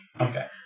Okay